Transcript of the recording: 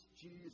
Jesus